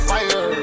Fire